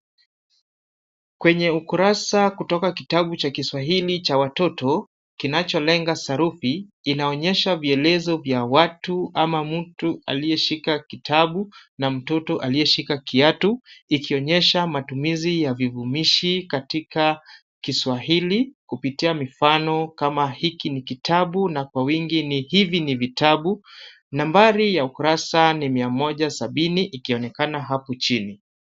Kwenye ukurasa kutoka kitabu cha Kiswahili cha watoto kinacholenga sarufi inaonyesha vielezo vya watu ama mtu aliyeshika kitabu na mtoto aliyeshika kiatu ikionyesha matumizi ya vivumishi katika Kiswahili kupitia mifano kama hiki ni kitabu na kwa wingi ni hivi ni vitabu. Nambari ya ukurasa ni mia moja sabini ikionekana hapo chini.